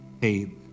Hey